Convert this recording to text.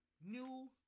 New